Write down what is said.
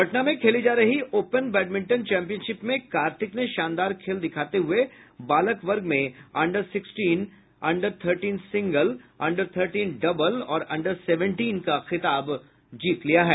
पटना में खेली जा रही ओपन बैडमिंटन चैंपियनशिप में कार्तिक ने शानदार खेल दिखाते हुये बालक वर्ग में under sixteen under thirteen single under thirteen double और अंडर सेवेंटीन का खिताब जीत लिया है